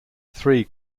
three